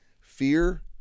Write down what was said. Fear